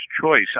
choice